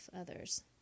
others